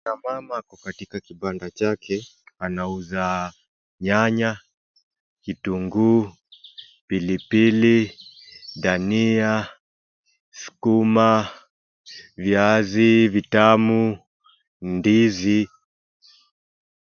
Kuna mama ako katika kibanda chake anauza nyanya, vitunguu, pilipili, dania, sukuma, viazi vitamu, ndizi.